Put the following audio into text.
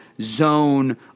zone